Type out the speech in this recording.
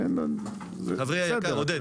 אבל --- חברי היקר עודד,